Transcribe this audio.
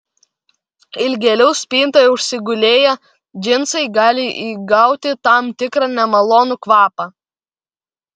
ilgėliau spintoje užsigulėję džinsai gali įgauti tam tikrą nemalonų kvapą